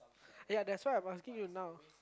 ya that's why I must do it now